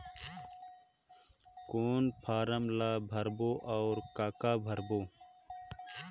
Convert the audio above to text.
कौन फारम ला भरो और काका भरो?